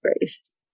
grace